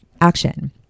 action